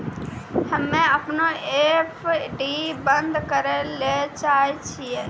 हम्मे अपनो एफ.डी बन्द करै ले चाहै छियै